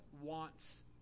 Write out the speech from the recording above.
wants